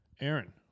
Aaron